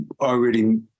already